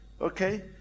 okay